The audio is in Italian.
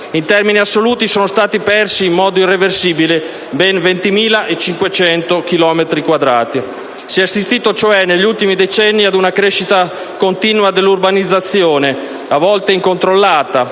In termini assoluti sono stati persi in modo irreversibile ben 20.500 chilometri quadrati. Si è assistito cioè, negli ultimi decenni, ad una crescita continua dell'urbanizzazione, a volte incontrollata,